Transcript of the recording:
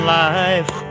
life